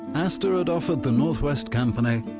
astor had offered the north west company,